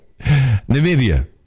Namibia